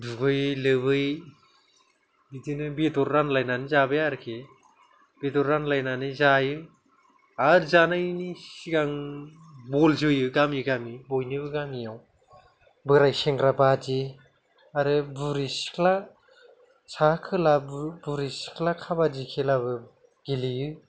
दुगैयै लोबै बिदिनो बेदर रानलायनानै जाबाय आरोखि बेदर रानलायनानै जायो आरो जानायनि सिगां बल जोयो गामि गामि बयनिबो गामियाव बोराय सेंग्रा बादि आरो बुरै सिख्ला सा खोला बुरि सिख्ला खाबादि खेलाबो गेलेयो